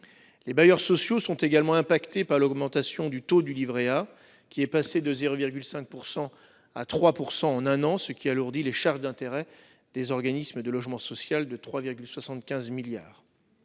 Les bailleurs sociaux sont également impactées par l'augmentation du taux du Livret A qui est passé de 0,5% à 3% en un an, ce qui alourdit les charges d'intérêt des organismes de logement social de 3,75 milliards.